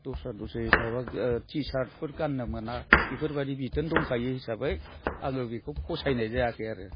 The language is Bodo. दस्रा दस्रि माबा टिसार्टफोर गाननो मोना बेफोरबायदि बिथोन दंखायो हिसाबै आङो बेखौ फसायनाय जायाखै आरो